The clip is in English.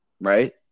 Right